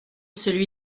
celui